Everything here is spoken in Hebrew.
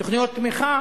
תוכניות תמיכה